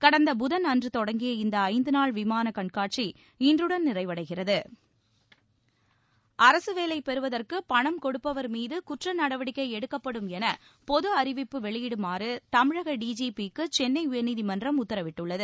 கடந்த புதன் அன்று தொடங்கிய இந்த ஐந்துநாள் விமான கண்காட்சி இன்றுடன் நிறைவடைகிறது அரசு வேலை பெறுவதற்கு பணம் கொடுப்பவர் மீது குற்ற நடவடிக்கை எடுக்கப்படும் என பொது அறிவிப்பு வெளியிடுமாறு தமிழக டிஜிபிக்கு சென்னை உயர்நீதிமன்றம் உத்தரவிட்டுள்ளது